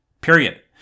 period